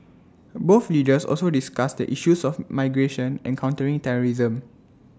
both leaders also discussed the issues of migration and countering terrorism